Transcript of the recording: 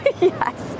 Yes